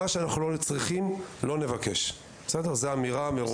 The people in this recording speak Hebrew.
מה שאנחנו לא צריכים, לא נבקש זאת אמירה מראש.